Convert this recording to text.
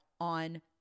on